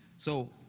so.